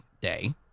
Day